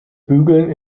bügeln